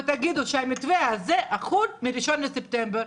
ותגידו שהמתווה הזה יחול מ-1 בספטמבר,